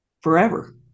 forever